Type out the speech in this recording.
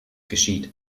geschieht